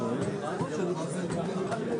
התקציב.